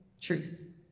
truth